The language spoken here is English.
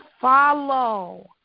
follow